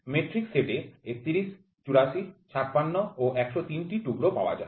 metric সেটে ৩১ ৪৮ ৫৬ ও ১০৩ টি টুকরো পাওয়া যায়